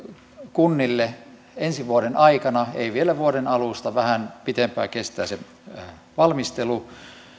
kunnille ensi vuoden aikana ei vielä vuoden alusta vähän pitempään kestää se valmistelu